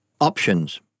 Options